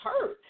hurt